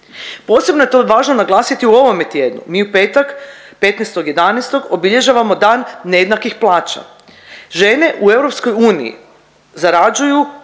Posebno je to važno naglasiti u ovome tjednu, mi u petak 15.11. obilježavamo Dan nejednakih plaća. Žene u EU zarađuju